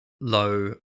low